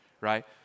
right